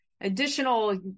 additional